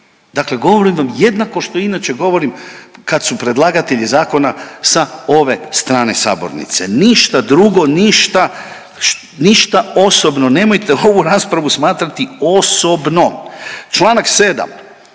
Dakle, govorim vam jednako što i inače govorim kad su predlagatelji zakona sa ove strane sabornice, ništa drugo, ništa osobno. Nemojte ovu raspravu smatrati osobnom. Članak 7.